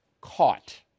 caught